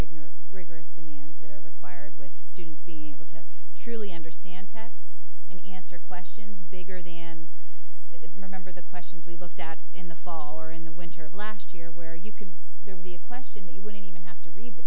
regular rigorous demands that are required with students being able to truly understand texts and answer questions bigger than remember the questions we looked at in the fall or in the winter of last year where you could there be a question that you wouldn't even have to read the